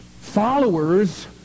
followers